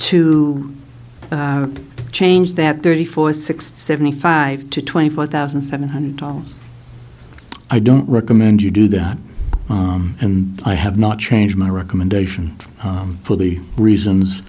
to change that thirty four sixty seventy five to twenty five thousand seven hundred dollars i don't recommend you do that and i have not changed my recommendation for the reasons